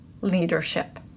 leadership